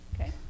Okay